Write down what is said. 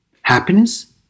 Happiness